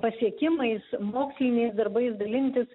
pasiekimais moksliniais darbais dalintis